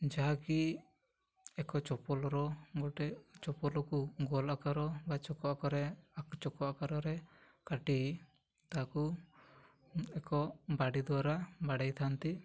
ଯାହାକି ଏକ ଚପଲର ଗୋଟେ ଚପଲକୁ ଗୋଲ ଆକାର ବା ଚକ ଆକାରରେ ଚକ ଆକାରରେ କାଟି ତାକୁ ଏକ ବାଡ଼ି ଦ୍ୱାରା ବାଡ଼ାଇଥାନ୍ତି